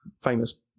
famous